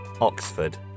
Oxford